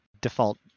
default